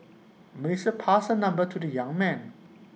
Melissa passed her number to the young man